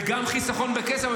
זה גם חיסכון בכסף,